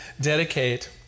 dedicate